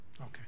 Okay